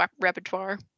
repertoire